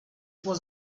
was